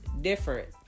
different